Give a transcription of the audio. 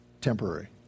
temporary